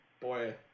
Boy